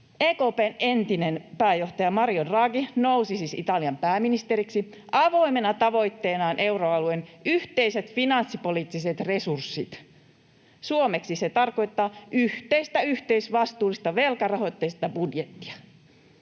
EKP:n entinen pääjohtaja Mario Draghi nousi siis Italian pääministeriksi avoimena tavoitteenaan euroalueen yhteiset finanssipoliittiset resurssit. Suomeksi se tarkoittaa yhteistä, yhteisvastuullista, velkarahoitteista budjettia.